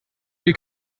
will